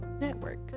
network